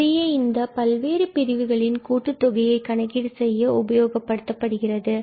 இவையே இந்த பல்வேறு பிரிவுகளின் கூட்டுத் தொகையை கணக்கீடு செய்ய உபயோகப்படுத்தப்பட்டது